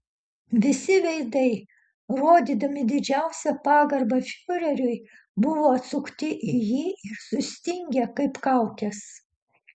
visi veidai rodydami didžiausią pagarbą fiureriui buvo atsukti į jį ir sustingę kaip kaukės